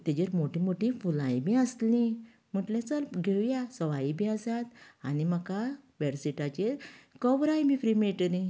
तेजेर मोटीं मोटीं फुलांय बी आसलीं म्हटलें चल घेवया सवाय बी आसात आनी म्हाका बेडशीटाचेर कवरांय बी फ्री मेळटलीं